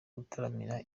kubataramira